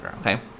Okay